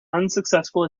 unsuccessful